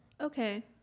okay